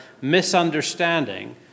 misunderstanding